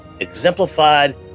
exemplified